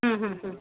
हम्म हम्म